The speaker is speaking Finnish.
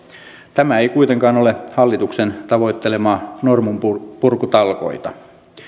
tämä ei kuitenkaan ole hallituksen tavoittelemaa norminpurkutalkoota